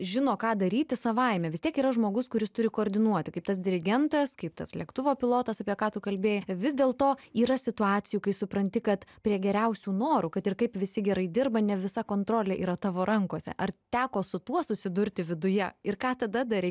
žino ką daryti savaime vis tiek yra žmogus kuris turi koordinuoti kaip tas dirigentas kaip tas lėktuvo pilotas apie ką tu kalbėjai vis dėlto yra situacijų kai supranti kad prie geriausių norų kad ir kaip visi gerai dirba ne visa kontrolė yra tavo rankose ar teko su tuo susidurti viduje ir ką tada darei